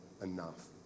enough